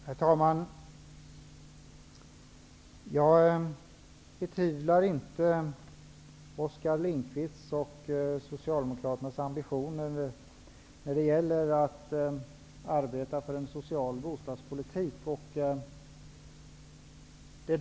Herr talman! Jag betvivlar inte Oskar Lindkvists och Socialdemokraternas ambitioner när det gäller att arbeta för en social bostadspolitik.